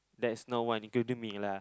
that's not what including me lah